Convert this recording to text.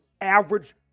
average